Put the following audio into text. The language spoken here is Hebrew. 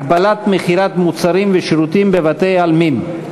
הגבלת מכירת מוצרים ושירותים בבתי-עלמין),